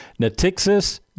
Natixis